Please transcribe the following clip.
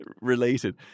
related